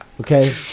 Okay